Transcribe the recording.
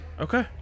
Okay